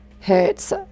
hurts